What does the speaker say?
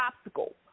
obstacle